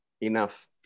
enough